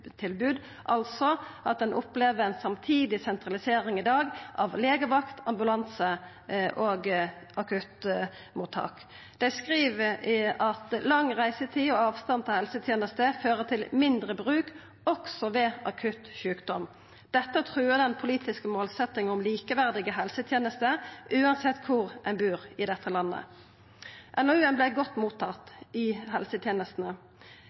altså at ein opplever ei samtidig sentralisering i dag av legevakt, ambulanse og akuttmottak. Dei skriv at lang reisetid og avstand til helsetenester fører til mindre bruk også ved akutt sjukdom. Dette truar den politiske målsetjinga om likeverdige helsetenester uansett kvar ein bur i dette landet. NOU-en vart godt mottatt i helsetenestene.